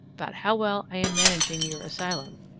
about how well i am managing your asylum,